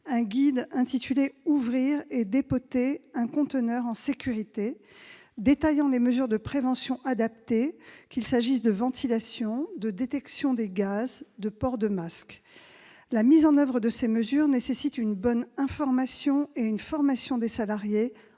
un guide intitulé « Ouvrir et dépoter un conteneur en sécurité », détaillant les mesures de prévention adaptées : ventilation, détection de gaz ou port de masque. La mise en oeuvre de ces mesures nécessite une bonne information et une formation des salariés,